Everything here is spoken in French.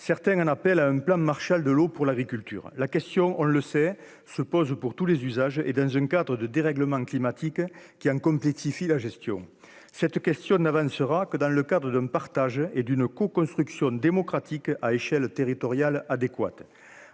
certains un appel à un plan Marshall de l'eau pour l'agriculture, la question, on le sait, se pose pour tous les usages, et dans un cadre de dérèglement climatique qui complexifie la gestion, cette question n'avancera que dans le cas de d'un partage, et d'une co-construction démocratique à échelle territoriale adéquate